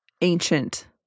ancient